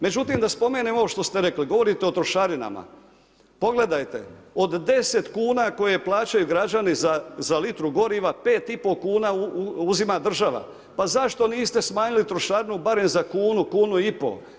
Međutim da spomenem ovo što ste rekli, govorite o trošarinama, pogledajte od 10 kuna koje plaćaju građani za litru goriva 5 i pol kuna uzima država, pa zašto niste smanjili trošarinu barem za kunu, kunu i pol?